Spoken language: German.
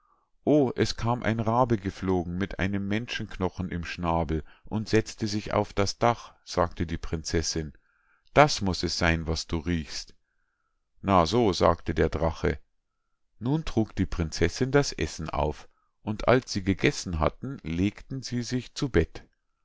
o es kam ein rabe geflogen mit einem menschenknochen im schnabel und setzte sich auf das dach sagte die prinzessinn das muß es sein was du riechst na so sagte der drache nun trug die prinzessinn das essen auf und als sie gegessen hatten legten sie sich zu bett